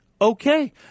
okay